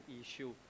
issue